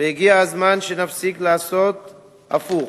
והגיע הזמן שנפסיק לעשות ההיפך.